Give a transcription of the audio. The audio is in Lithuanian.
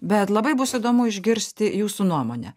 bet labai bus įdomu išgirsti jūsų nuomonę